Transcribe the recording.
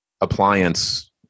appliance